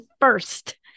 first